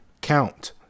count